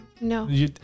No